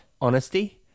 Honesty